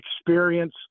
experience